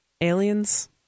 Aliens